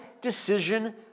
decision